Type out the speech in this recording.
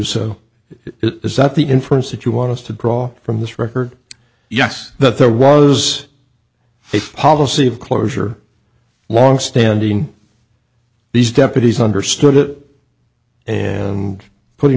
so it is that the inference that you want us to draw from this record yes that there was a face policy of closure longstanding these deputies understood that putting